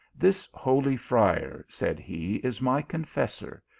this holy friar, said he, is my confes sor,